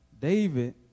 David